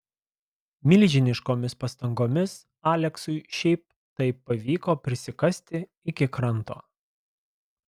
milžiniškomis pastangomis aleksui šiaip taip pavyko prisikasti iki kranto